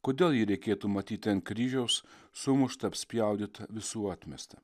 kodėl jį reikėtų matyti ant kryžiaus sumuštą apspjaudytą visų atmestą